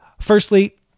firstly